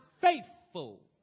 faithful